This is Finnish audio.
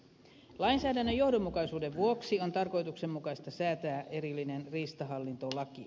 lainsäädännön johdonmukaisuuden vuoksi on tarkoituksenmukaista säätää erillinen riistahallintolaki